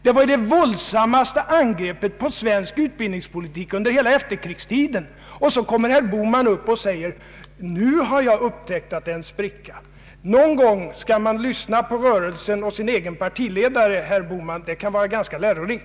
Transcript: Det var det våldsammaste angreppet på svensk utbildningspolitik under hela efterkrigstiden, och så kommer herr Bohman upp och säger: Nu har jag upptäckt att det är en spricka. Någon gång skall man lyssna på rörelsen och sin egen partiledare, herr Bohman. Det kan vara ganska lärorikt.